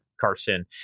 Carson